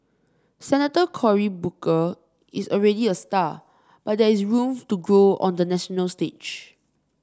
Senator Cory Booker is already a star but there is room to grow on the national stage